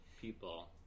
people